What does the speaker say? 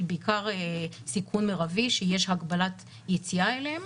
בעיקר של סיכון מרבי, שיש הגבלת יציאה אליהן,